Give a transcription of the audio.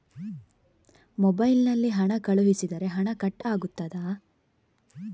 Mobile ನಲ್ಲಿ ಹಣ ಕಳುಹಿಸಿದರೆ ಹಣ ಕಟ್ ಆಗುತ್ತದಾ?